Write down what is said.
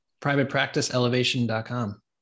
privatepracticeelevation.com